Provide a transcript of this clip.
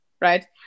right